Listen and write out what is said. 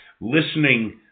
listening